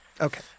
Okay